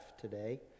today